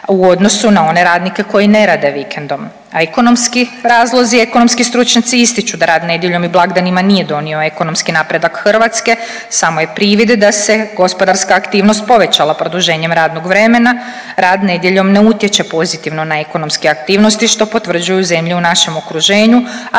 u odnosu na one radnike koji ne rade vikendom, a ekonomski razlozi i ekonomski stručnjaci ističu da rad nedjeljom i blagdanima nije donio ekonomski napredak Hrvatske, samo je privid da se gospodarska aktivnost povećala produženjem radnog vremena, rad nedjeljom ne utječe pozitivno na ekonomske aktivnosti što potvrđuju zemlje u našem okruženje,